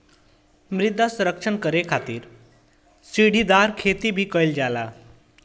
मृदा संरक्षण करे खातिर सीढ़ीदार खेती भी कईल जाला